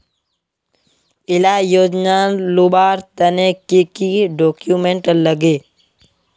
इला योजनार लुबार तने की की डॉक्यूमेंट लगे?